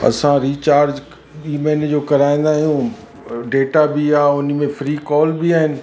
असां रिचार्ज ॿी महीने जो कराईंदा आहियूं डेटा बि आहे उन में फ्री कॉल बि आहिनि